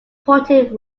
pointing